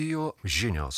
radijo žinios